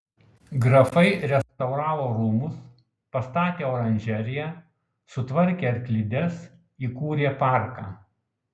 grafai restauravo rūmus pastatė oranžeriją sutvarkė arklides įkūrė parką